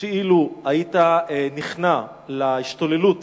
שלו נכנעת להשתוללות